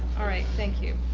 alright. thank you.